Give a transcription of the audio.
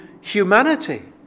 humanity